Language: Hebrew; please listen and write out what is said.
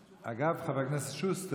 חבר הכנסת שוסטר, מי שקבע